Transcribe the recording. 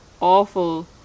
awful